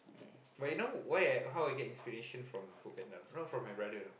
but you know why I how I get inspiration from from Foodpanda not from my brother you know